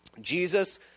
Jesus